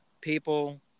People